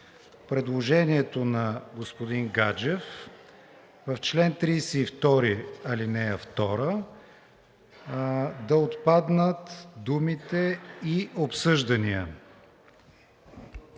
предложението на господин Гаджев – в чл. 32, ал. 2 да отпаднат думите „и обсъждания“.